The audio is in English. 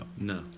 No